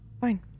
fine